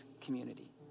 community